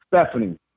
Stephanie